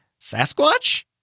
Sasquatch